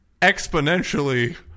exponentially